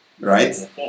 Right